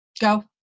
Go